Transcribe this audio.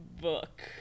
book